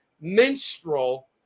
minstrel